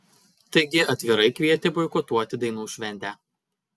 taigi atvirai kvietė boikotuoti dainų šventę